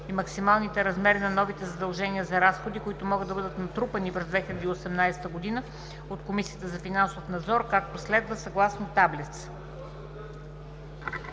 и максималните размери на новите задължения за разходи, които могат да бъдат натрупани през 2018 г. от Комисията за финансов надзор, както следва: съгласно таблица.“